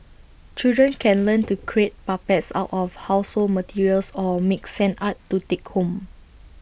children can learn to create puppets out of household materials or make sand art to take home